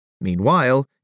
Meanwhile